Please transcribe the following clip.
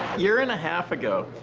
year and a half ago,